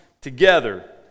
together